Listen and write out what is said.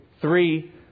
Three